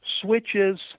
switches